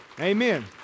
Amen